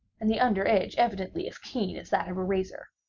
and the under edge evidently as keen as that of a razor.